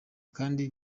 kandi